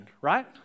right